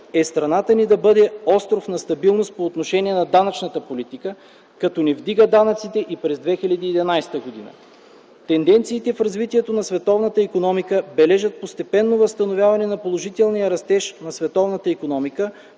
е страната ни да бъде остров на стабилност по отношение на данъчната политика, като не вдига данъците и през 2011 г. Тенденциите в развитието на световната икономика бележат постепенно възстановяване на положителния растеж на световната икономика,